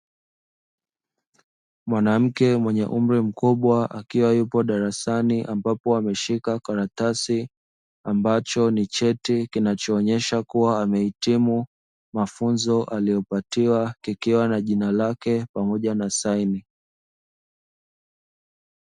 Mwanamke mwenye umri mkubwa akiwa yupo darasani ambapo ameshika karatasi ambacho ni cheti kinachoonyesha kua amehitimu mafunzo aliyo patiwa, kikiwa na jina lake pamoja na saini